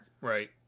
Right